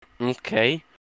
Okay